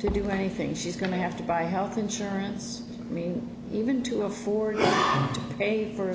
to do anything she's going to have to buy health insurance i mean even to afford to pay for a